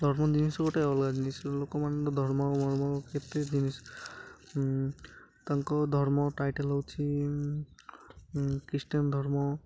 ଧର୍ମ ଜିନିଷ ଗୋଟେ ଅଲଗା ଜିନିଷ ଲୋକମାନେ ତ ଧର୍ମ ମର୍ମ କେତେ ଜିନିଷ ତାଙ୍କ ଧର୍ମ ଟାଇଟେଲ ହେଉଛି ଖ୍ରୀଷ୍ଟିଆନ ଧର୍ମ